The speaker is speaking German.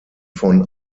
von